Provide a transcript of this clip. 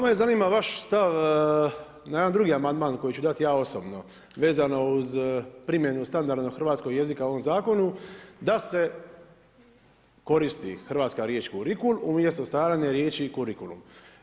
Mene zanima vaš stav na jedan drugi amandman koji ću dati ja osobno vezano uz primjenu standardnog hrvatskog jezika u ovom zakonu da se koristi hrvatska riječ kurikul umjesto stavljanja riječi kurikulum.